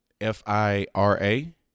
F-I-R-A